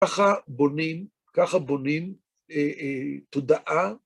ככה בונים, ככה בונים תודעה.